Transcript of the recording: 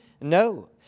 no